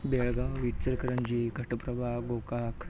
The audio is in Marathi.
बेळगाव इचलकरंजी घटप्रभा गोकाक